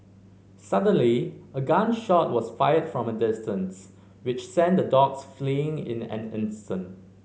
suddenly a gun shot was fired from a distance which sent the dogs fleeing in an instant